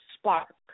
spark